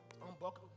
unbuckle